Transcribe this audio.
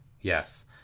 Yes